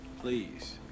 Please